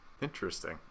Interesting